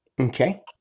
Okay